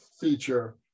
feature